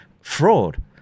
fraud